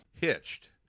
Hitched